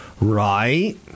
Right